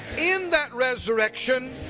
in that resurrection.